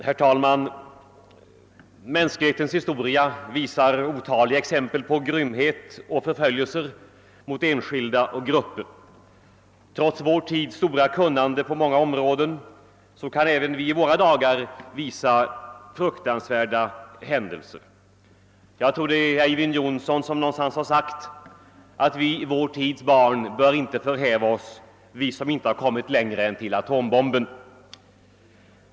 Herr talman! Mänsklighetens historia visar otaliga exempel på grymhet och förföljelser mot enskilda och grupper. Trots vår tids stora kunnande på många områden kan även vi i våra dagar visa fruktansvärda händelser. Jag tror att det är Eyvind Johnson som någonstans har sagt att vår tids barn bör inte förhäva sig, vi som inte kommit längre än till atombomben.